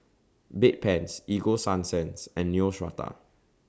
Bedpans Ego Sunsense and Neostrata